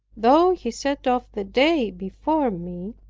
though he set off the day before me,